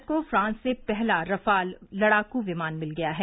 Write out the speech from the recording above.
भारत को फ्रांस से पहला रफाल लड़ाकू विमान मिल गया है